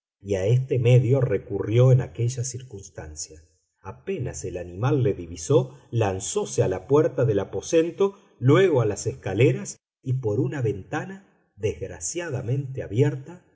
a este medio recurrió en aquella circunstancia apenas el animal le divisó lanzóse a la puerta del aposento luego a las escaleras y por una ventana desgraciadamente abierta